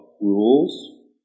rules